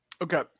Okay